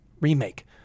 remake